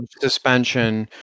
suspension